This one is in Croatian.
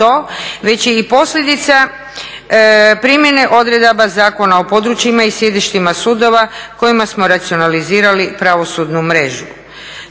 je i posljedica primjene odredaba Zakona o područjima i sjedištima sudova kojima smo racionalizirali pravosudnu mrežu.